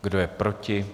Kdo je proti?